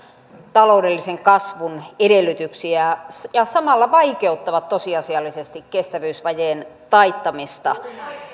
taloudellisen kasvun edellytyksiä ja samalla vaikeuttavat tosiasiallisesti kestävyysvajeen taittamista